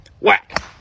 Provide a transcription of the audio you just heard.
Whack